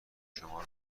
شما